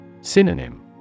Synonym